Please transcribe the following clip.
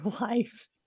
life